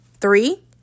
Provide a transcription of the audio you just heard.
Three